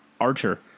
Archer